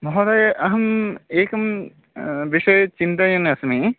महोदय अहम् एकं विषये चिन्तयन्नस्मि